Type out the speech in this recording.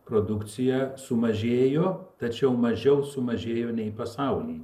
produkcija sumažėjo tačiau mažiau sumažėjo nei pasauly